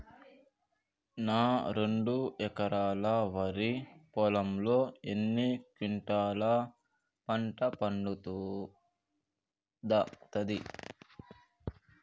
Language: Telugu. నా రెండు ఎకరాల వరి పొలంలో ఎన్ని క్వింటాలా పంట పండుతది?